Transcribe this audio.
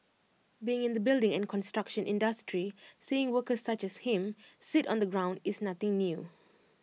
being in the building and construction industry seeing workers such as him sit on the ground is nothing new